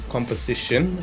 Composition